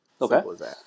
okay